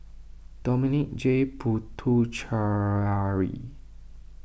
Dominic J Puthucheary